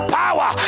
power